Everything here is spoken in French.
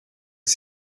les